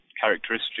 characteristic